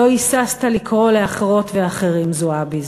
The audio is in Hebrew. לא היססת לקרוא לאחרות ואחרים "זועביז".